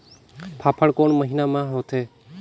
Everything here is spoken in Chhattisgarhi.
फाफण कोन महीना म होथे?